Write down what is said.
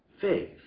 faith